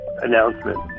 announcement